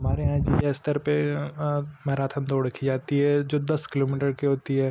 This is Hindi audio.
हमारे यहाँ जिला स्तर पर मैराथन दौड़ की जाती है जो दस किलोमीटर की होती है